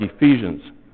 Ephesians